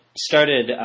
started